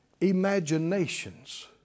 imaginations